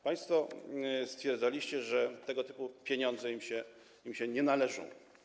Państwo stwierdzaliście, że tego typu pieniądze im się nie należą.